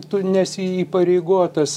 tu nesi įpareigotas